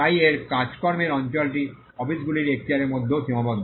তাই এর কাজকর্মের অঞ্চলটি অফিসগুলির এখতিয়ারের মধ্যেও সীমাবদ্ধ